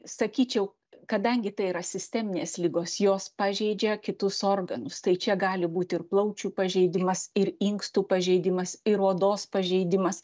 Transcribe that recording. sakyčiau kadangi tai yra sisteminės ligos jos pažeidžia kitus organus tai čia gali būt ir plaučių pažeidimas ir inkstų pažeidimas ir odos pažeidimas